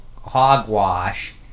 hogwash